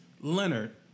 leonard